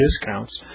discounts